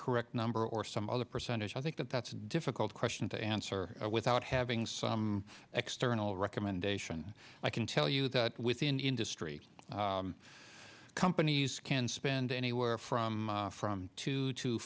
correct number or some other percentage i think that that's a difficult question to answer without having some external recommendation i can tell you that within industry companies can spend anywhere from from two to